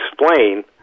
explain